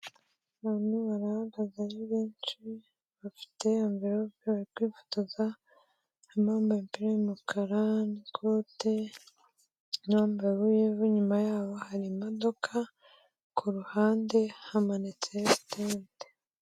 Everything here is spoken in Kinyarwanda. Abantu barahagaze ari benshi, bafite amvelope bari kwifotoza, harimo abambaye imipira y'umukara n'ikote, n'uwabambaye uw'ivu, inyuma yaho hari imodoka, ku ruhande hamanitse ikote.